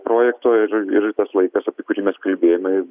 projekto ir ir tas laikas apie kurį mes kalbėjome